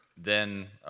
then,